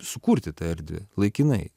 sukurti tą erdvę laikinai